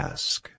Ask